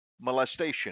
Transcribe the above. molestation